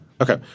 Okay